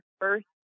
first